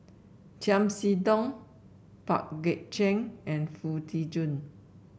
Chiam See Tong Pang Guek Cheng and Foo Tee Jun